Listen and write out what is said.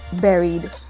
buried